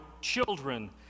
children